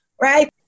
Right